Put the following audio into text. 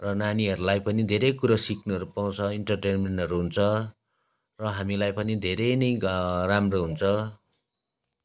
र नानीहरूलाई पनि धेरै कुरो सिक्नहरू पाउँछ इन्टरटेन्मेन्टहरू हुन्छ र हामीलाई पनि धेरै नै राम्रो हुन्छ